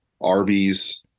Arby's